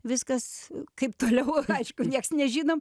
viskas kaip toliau aišku nieks nežinom